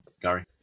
Gary